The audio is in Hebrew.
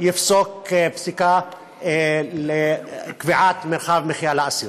יפסוק פסיקה לקביעת מרחב מחיה לאסיר.